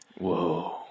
Whoa